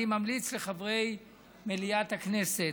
אני ממליץ לחברי מליאת הכנסת,